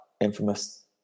infamous